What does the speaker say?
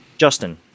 Justin